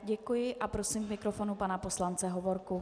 Děkuji a prosím k mikrofonu pana poslance Hovorku.